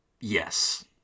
Yes